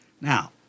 Now